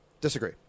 Disagree